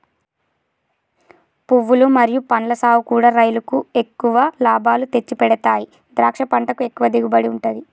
పువ్వులు మరియు పండ్ల సాగుకూడా రైలుకు ఎక్కువ లాభాలు తెచ్చిపెడతాయి ద్రాక్ష పంటకు ఎక్కువ దిగుబడి ఉంటది